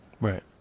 Right